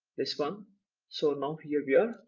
this one so now here we are.